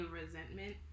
resentment